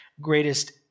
greatest